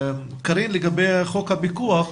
לגבי חוק הפיקוח,